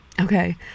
okay